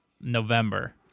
november